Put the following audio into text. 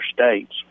states